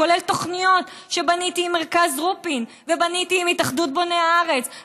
כולל תוכניות שבניתי עם מרכז רופין ובניתי עם